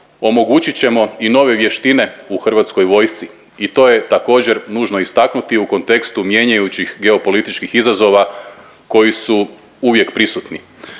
omogućit ćemo i nove vještine u hrvatskoj vojsci. I to je također nužno istaknuti u kontekstu mijenjajućih geopolitičkih izazova koji su uvijek prisutni.